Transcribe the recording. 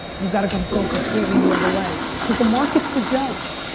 you've gotta go completely the other way. cause the market's the judge.